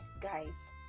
guys